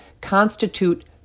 constitute